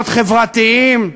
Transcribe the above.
להיות חברתיים,